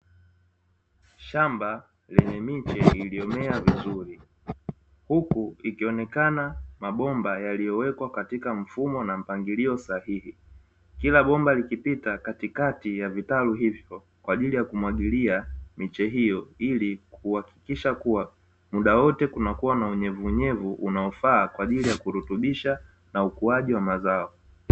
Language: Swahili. Shamba lenye miche iliyomea vizuri, huku ikionekana mabomba katika mfumo na mpangilio sahihi. Kila bomba likipita katikati ya vitalu hivyo, kwa ajili ya kumwagilia miche hiyo, ili kuhakikisha kuwa muda wote kunakuwa na unyevunyevu unaofaa, kwa ajili ya kurutubisha na ukuaji wa mazao.